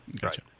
Gotcha